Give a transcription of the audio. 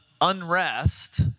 unrest